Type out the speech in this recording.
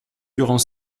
durant